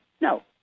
No